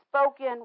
spoken